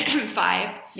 five